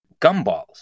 gumballs